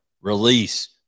release